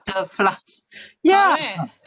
flask ya